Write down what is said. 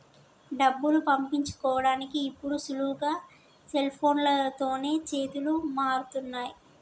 డబ్బులు పంపించుకోడానికి ఇప్పుడు సులువుగా సెల్ఫోన్లతోనే చేతులు మారుతున్నయ్